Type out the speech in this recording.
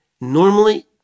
normally